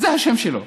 זה השם שלו.